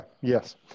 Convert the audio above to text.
yes